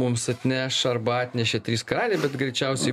mums atneš arba atnešė trys karaliai bet greičiausiai